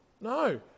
no